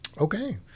Okay